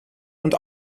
und